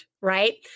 right